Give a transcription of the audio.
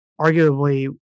arguably